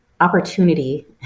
opportunity